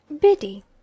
Biddy